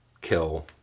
kill